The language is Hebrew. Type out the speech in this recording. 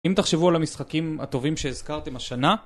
אם תחשבו על המשחקים הטובים שהזכרתם השנה